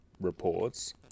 reports